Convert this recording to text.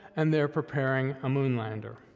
and they're preparing a moon lander.